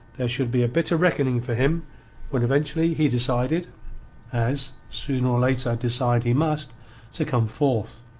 there should be a bitter reckoning for him when eventually he decided as, sooner or later, decide he must to come forth.